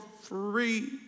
free